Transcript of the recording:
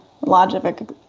logic